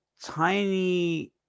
tiny